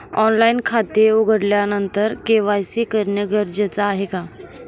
Online खाते उघडल्यानंतर KYC करणे गरजेचे आहे का?